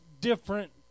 different